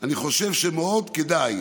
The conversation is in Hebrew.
אני חושב שמאוד כדאי